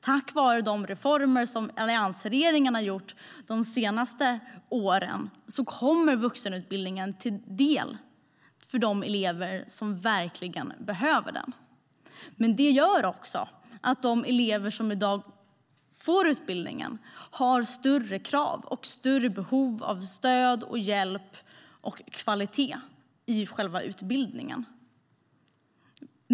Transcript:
Tack vare de reformer som alliansregeringen har gjort de senaste åren kommer vuxenutbildningen de elever till del som verkligen behöver den. Men det gör också att de elever som i dag får utbildningen har större krav på och större behov av stöd, hjälp och kvalitet i själva utbildningen.